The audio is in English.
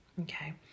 okay